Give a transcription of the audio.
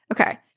Okay